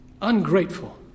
Ungrateful